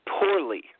poorly